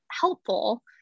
helpful